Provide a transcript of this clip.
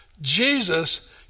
Jesus